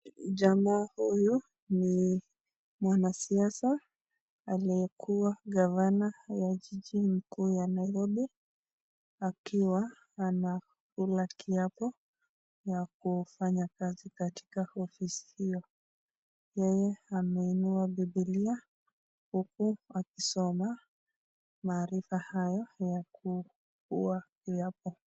Jamaa huyu ni mwanasiasa aliyekuwa gavana ya jiji kuu ya nairobi akiwa anakula kiapo ya kufanya kazi katika ofisi hilo. Yeye ameinua bibilia huku akisoma maarifa hayo ya kuwa kiapo.